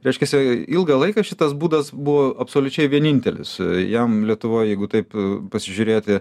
reiškiasi ilgą laiką šitas būdas buvo absoliučiai vienintelis jam lietuvoj jeigu taip pasižiūrėti